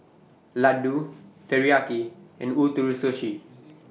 Ladoo Teriyaki and Ootoro Sushi